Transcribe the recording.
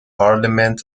parliament